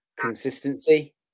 consistency